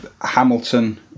Hamilton